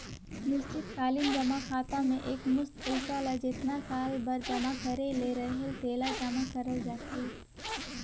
निस्चित कालीन जमा खाता में एकमुस्त पइसा ल जेतना साल बर जमा करे ले रहेल तेला जमा करल जाथे